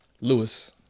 Lewis